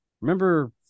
remember